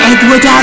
Edward